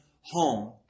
home